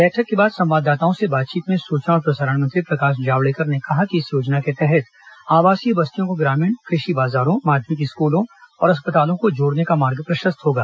बैठक के बाद संवाददाताओं से बातचीत में सुचना और प्रसारण मंत्री प्रकाश जावड़ेकर ने कहा कि इस योजना के तहत आवासीय बस्तियों को ग्रामीण कृषि बाजारों माध्यमिक स्कूलों और अस्पतालों को जोड़ने का मार्ग प्रशस्त होगा